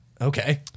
Okay